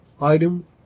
Item